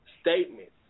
statements